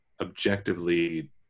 objectively